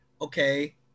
okay